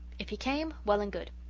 if he came, well and good.